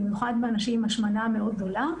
במיוחד באנשים עם השמנה מאוד גדולה,